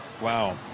wow